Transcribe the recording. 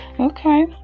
Okay